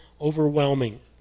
overwhelming